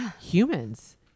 humans